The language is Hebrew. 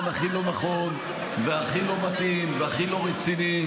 הכי לא נכון והכי לא מתאים והכי לא רציני.